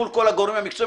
מול כל הגורמים המקצועיים,